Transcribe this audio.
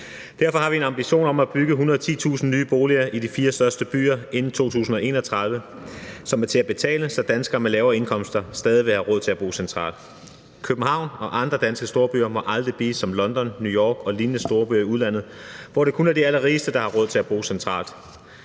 Derfor har vi en ambition om at bygge 110.000 nye boliger i de fire største byer inden 2031, som er til at betale, så danskere med lave indkomster stadig vil have råd til at bo centralt. København og andre danske storbyer må aldrig blive som London, New York og lignende storbyer i udlandet, hvor det kun er de allerrigeste, der har råd til at bo centralt.